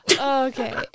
Okay